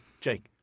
Jake